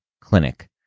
Clinic